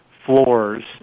floors